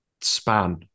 span